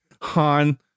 Han